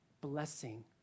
blessing